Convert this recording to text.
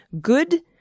Good